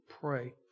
pray